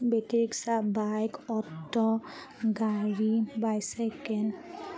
battery rickshaw bike auto গাড়ী bicycle